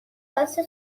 واسه